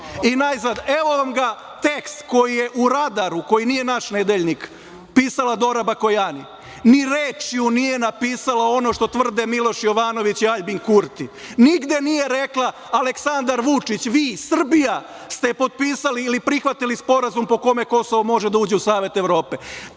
i najzad, evo vam ga, tekst koji je u „Radaru“, koji nije naš nedeljnik, pisala Dora Bakojani. Ni reč nije napisala ono što tvrde Miloš Jovanović i Aljbin Kurti. Nigde nije rekla Aleksandar Vučić, vi, Srbija ste potpisali ili prihvatili sporazum po kome Kosovo može da uđe u Savet Evrope. Naša